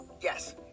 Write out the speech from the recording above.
yes